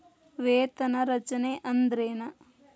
ವೇತನ ರಚನೆ ಅಂದ್ರೆನ?